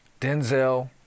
Denzel